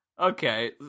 Okay